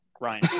Ryan